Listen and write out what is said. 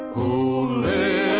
who live